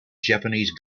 japanese